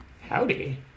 Howdy